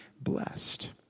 blessed